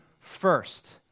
first